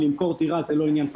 למכור דירה זה לא עניין פשוט.